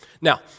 Now